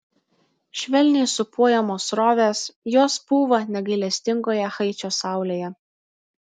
švelniai sūpuojamos srovės jos pūva negailestingoje haičio saulėje